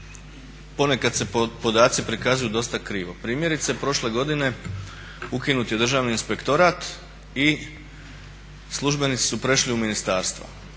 ponekad se podaci prikazuju dosta krivo. Primjerice prošle godine ukinut je Državni inspektorat i službenici su prešli u ministarstva.